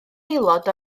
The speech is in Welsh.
aelod